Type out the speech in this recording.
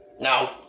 Now